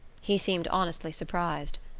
he seemed honestly surprised.